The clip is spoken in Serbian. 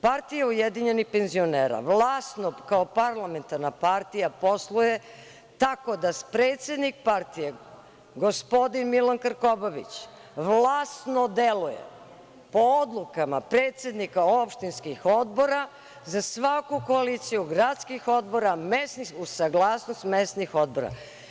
Partija Ujedinjenih penzionera vlasno, kao parlamentarna partija, posluje, tako da predsednik partije, gospodin Milan Krkobabić vlasno deluje po odlukama predsednika opštinskih odbora, za svaku koaliciju gradskih odbora, uz saglasnost mesnih odbora.